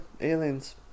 aliens